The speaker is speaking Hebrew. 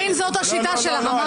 קארין, זאת השיטה שלך, כבר אמרתי לך.